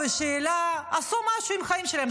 בתשובה, בשאלה, עשו משהו עם החיים שלהם.